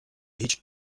هیچ